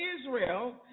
Israel